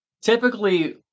typically